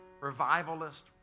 revivalist